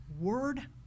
word